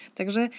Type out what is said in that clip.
Także